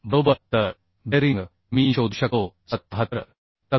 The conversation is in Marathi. बरोबर तर बेअरिंग मी शोधू शकतो 77